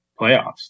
playoffs